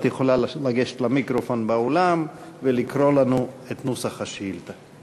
את יכולה לגשת למיקרופון באולם ולקרוא לנו את נוסח השאילתה.